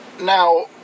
Now